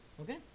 Okay